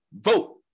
vote